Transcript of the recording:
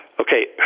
okay